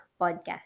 podcast